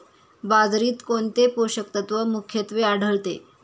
बाजरीत कोणते पोषक तत्व मुख्यत्वे आढळते?